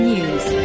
News